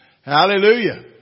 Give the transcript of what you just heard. Hallelujah